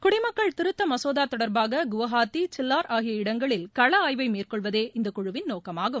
குடிமக்கள் திருத்த மனோதா தொடர்பாக குவஹாத்தி சில்சார் ஆகிய இடங்களில் கள ஆய்வை மேற்கொள்வதே இந்த குழுவின்ள நோக்கமாகும்